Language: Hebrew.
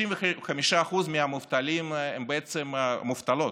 55% מהמובטלים הם בעצם מובטלות.